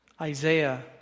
Isaiah